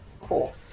Cool